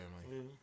family